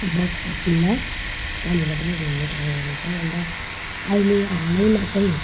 बक्सा किल्ला त्यहाँनेर पनि घुम्ने ठाउँहरू छ अन्त अहिले हालैमा चाहिँ